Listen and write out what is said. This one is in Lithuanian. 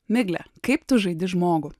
migle kaip tu žaidi žmogų